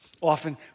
often